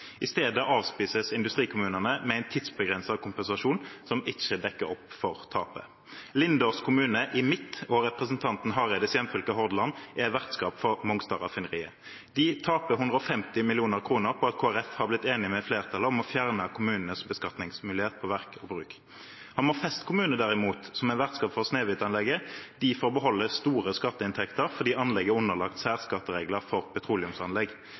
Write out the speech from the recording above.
I stedet avspises industrikommunene med en tidsbegrenset kompensasjon som ikke dekker opp for tapet. Lindås kommune i mitt og representanten Hareides hjemfylke, Hordaland, er vertskap for Mongstad-raffineriet. De taper 150 mill. kr på at Kristelig Folkeparti har blitt enig med flertallet om å fjerne kommunenes beskatningsmulighet på verk og bruk. Hammerfest kommune, derimot, som er vertskap for Snøhvit-anlegget, får beholde store skatteinntekter fordi anlegget er underlagt særskatteregler for petroleumsanlegg.